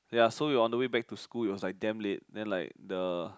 ya so we on the way back to school it was like damn late then the